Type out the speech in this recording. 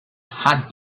had